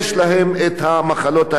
במיוחד חוסר דם.